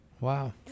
Wow